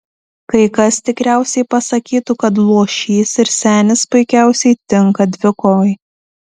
kai kas tikriausiai pasakytų kad luošys ir senis puikiausiai tinka dvikovai